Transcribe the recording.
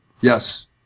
Yes